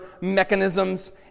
mechanisms